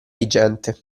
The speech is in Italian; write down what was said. vigente